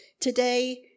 today